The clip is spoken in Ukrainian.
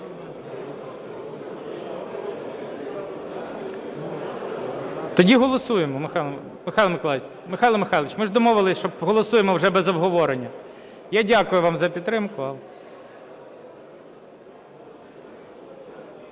Тоді голосуємо. Михайло Михайлович, ми ж домовилися, що голосуємо вже без обговорення. Я дякую вам за підтримку.